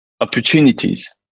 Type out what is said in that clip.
opportunities